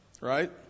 Right